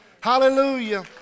Hallelujah